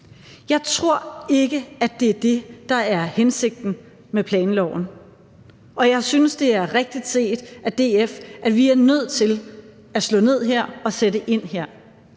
Jeg tror ikke, at det er det, der er hensigten med planloven, og jeg synes, det er rigtigt set af DF, at vi er nødt til at slå ned her og sætte ind her.